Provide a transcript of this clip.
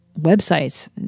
websites